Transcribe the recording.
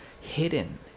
hidden